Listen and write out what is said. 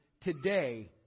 today